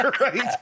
right